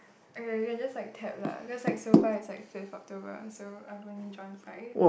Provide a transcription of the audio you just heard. aiyah you can just like tab lah because so far it's like fifth October so I have only drawn five